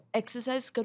exercise